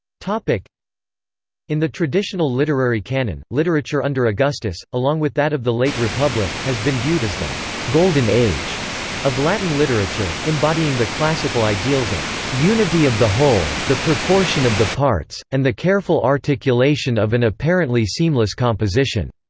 like in the traditional literary canon, literature under augustus, along with that of the late republic, has been viewed as the golden age of latin literature, embodying the classical ideals of unity of the whole, the proportion of the parts, and the careful articulation of an apparently seamless composition.